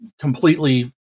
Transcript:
completely